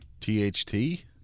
THT